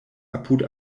apud